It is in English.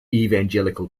evangelical